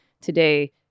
today